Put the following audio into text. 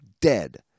dead